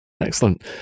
Excellent